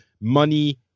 money